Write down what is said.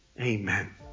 Amen